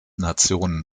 nationen